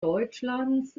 deutschlands